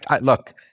look